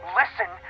listen